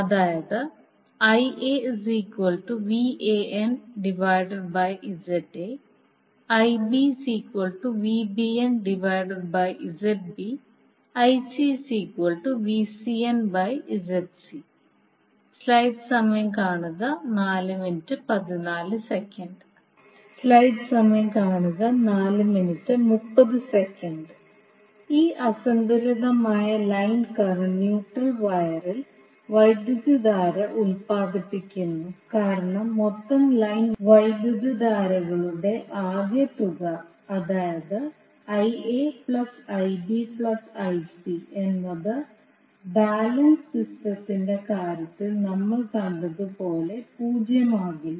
അതായത് ഈ അസന്തുലിതമായ ലൈൻ കറന്റ് ന്യൂട്രൽ വയറിൽ വൈദ്യുതധാര ഉൽപാദിപ്പിക്കുന്നു കാരണം മൊത്തം ലൈൻ വൈദ്യുതധാരകളുടെ ആകെത്തുക അതായത് Ia Ib Ic എന്നത് ബാലൻസ് സിസ്റ്റത്തിന്റെ കാര്യത്തിൽ നമ്മൾ കണ്ടതുപോലെ 0 ആകില്ല